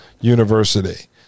University